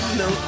no